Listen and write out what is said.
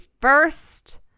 first